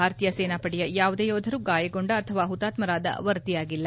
ಭಾರತೀಯ ಸೇನಪಡೆಯ ಯಾವುದೇ ಯೋಧರು ಗಾಯಗೊಂಡ ಅಥವಾ ಹುತ್ನಾರಾದ ವರದಿಯಾಗಿಲ್ಲ